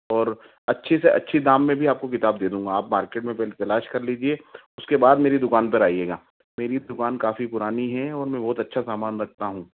और अच्छी से अच्छी दाम में भी आपको किताब दे दूँगा आप मार्केट में पहले तलाश कर लीजिए उसके बाद मेरी दुकान पर आइएगा मेरी दुकान काफ़ी पुरानी है और मैं बहुत अच्छा सामान रखता हूँ